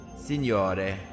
Signore